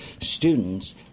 students